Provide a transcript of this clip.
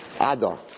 Ador